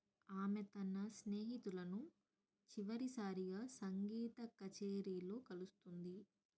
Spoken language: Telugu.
ఆమె తన స్నేహితులను చివరిసారిగా సంగీత కచేరిలో కలుస్తుంది